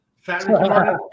Fat